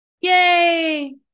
Yay